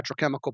petrochemical